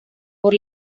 por